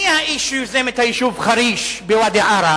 מי האיש שיוזם את היישוב חריש בוואדי-עארה,